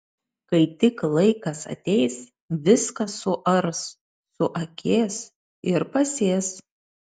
kai tik laikas ateis viską suars suakės ir pasės